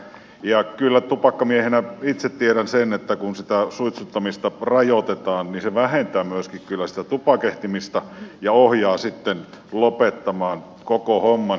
ja kyllä tupakkamiehenä itse tiedän sen että kun sitä suitsuttamista rajoitetaan niin se vähentää myöskin kyllä sitä tupakehtimista ja ohjaa sitten lopettamaan koko homman